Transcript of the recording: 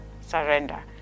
surrender